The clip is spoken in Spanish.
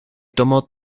tomó